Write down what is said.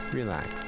relax